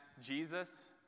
Jesus